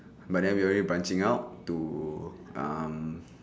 but then we're already branching out to um